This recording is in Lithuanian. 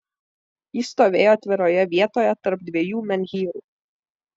ji stovėjo atviroje vietoje tarp dviejų menhyrų